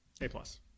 A-plus